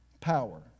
power